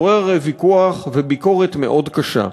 עורר ויכוח וביקורת מאוד קשה.